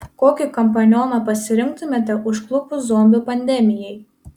kokį kompanioną pasirinktumėte užklupus zombių pandemijai